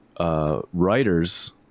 Writers